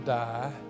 die